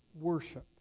worship